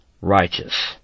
righteous